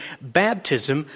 baptism